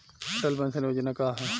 Atal pension योजना का ह?